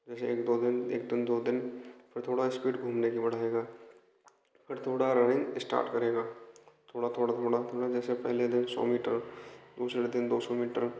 जैसे एक दो दिन एक दिन दो दिन फिर थोड़ा स्पीड घूमने की बढ़ाएगा फिर थोड़ा रनिंग स्टाट करेगा थोड़ा थोड़ा थोड़ा थोड़ा जैसे पहले दिन सौ मीटर दूसरे दिन दो सौ मीटर